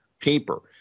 paper